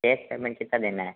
केश payment कितना देना है